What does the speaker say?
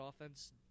offense